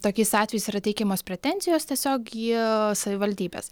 tokiais atvejais yra teikiamos pretenzijos tiesiog į savivaldybes